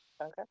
Okay